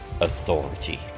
authority